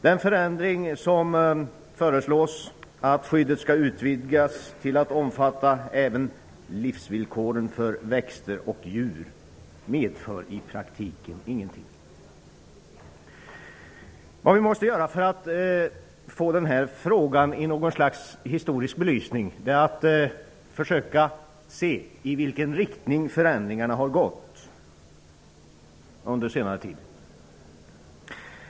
Den förändring som föreslås, dvs. att skyddet skall utvidgas till att omfatta även livsvillkoren för växter och djur, medför i praktiken ingenting. Vad vi måste göra för att få den här frågan i något slags historisk belysning är att försöka se i vilken riktning förändringarna har gått under senare tid.